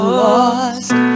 lost